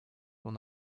will